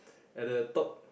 at the top